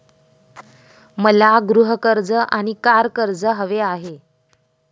मला गृह कर्ज आणि कार कर्ज हवे आहे